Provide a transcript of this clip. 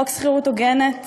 חוק שכירות הוגנת